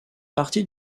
partie